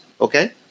okay